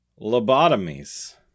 Lobotomies